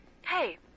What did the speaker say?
hey